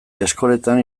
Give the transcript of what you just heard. eskoletan